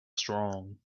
strong